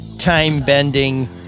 Time-bending